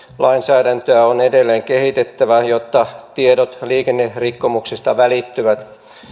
lainsäädäntöä on edelleen kehitettävä jotta tiedot liikennerikkomuksista välittyvät